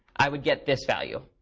i would get this value.